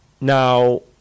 Now